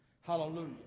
Hallelujah